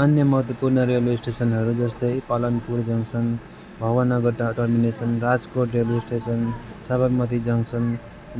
अन्य महत्त्वपूर्ण रेलवे स्टेसनहरू जस्तै Palanpur junction Bhavnagar terminus Rajkot railway station Sabarmati junction